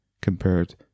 compared